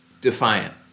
defiant